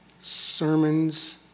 Sermons